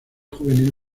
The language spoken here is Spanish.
juvenil